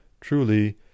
Truly